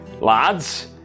lads